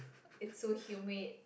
it's so humid